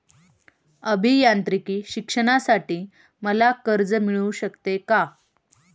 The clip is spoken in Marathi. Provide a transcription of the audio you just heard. अभियांत्रिकी शिक्षणासाठी मला कर्ज मिळू शकते का?